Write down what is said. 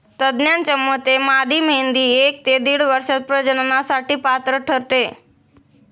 तज्ज्ञांच्या मते मादी मेंढी एक ते दीड वर्षात प्रजननासाठी पात्र ठरते